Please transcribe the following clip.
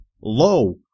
low